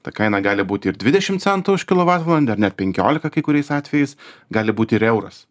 ta kaina gali būti ir dvidešim centų už kilovatvalandę ar net penkiolika kai kuriais atvejais gali būti ir euras